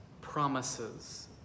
promises